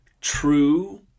true